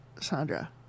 Sandra